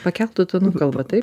pakeltu tonu kalba taip